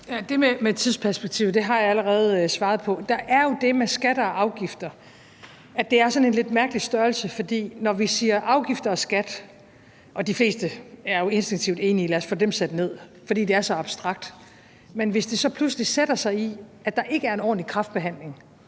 Det med tidsperspektivet har jeg allerede svaret på. Der er jo det med skatter og afgifter, at det er sådan en lidt mærkelig størrelse. For når vi siger afgifter og skat, er de fleste jo instinktivt enige i, at lad os få dem sat ned, for det er så abstrakt. Men hvis det så pludselig sætter sig i, at der ikke er en ordentlig kræftbehandling